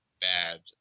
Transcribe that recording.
bad